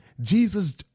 Jesus